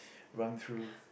run through